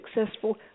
successful